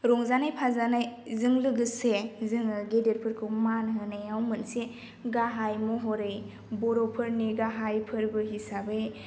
रंजानाय फाजानाय जों लोगोसे जोङो गेदेरफोरखौ मान होनायाव मोनसे गाहाइ महरै बर'फोरनि गाहाइ फोरबो हिसाबै